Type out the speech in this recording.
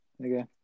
Okay